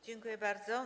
Dziękuję bardzo.